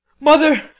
Mother